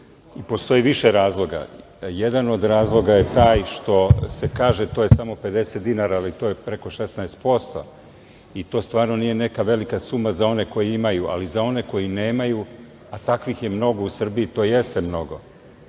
Postoji više razloga. Jedan od razloga je taj što se kaže to je samo 50 dinara, ali to je preko 16% i to stvarno nije neka velika suma za one koji imaju, ali za one koji nemaju, a takvih je mnogo u Srbiji, to jeste mnogo. Vi